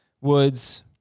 Woods